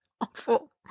awful